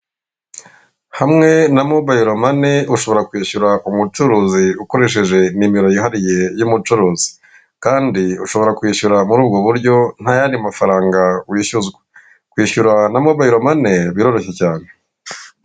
Hamwe na mobile money, ushobora kwishyura umucuruzi ukoresheje nimero yihariye y' umucuruzi, kandi ushobora kwishyura muri ubwo buryo ntayandi mafaranga wishyuzwa, kwishyura na mobile money biroroshye cyane.